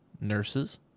nurses